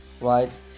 right